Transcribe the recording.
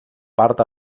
part